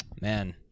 man